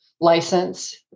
license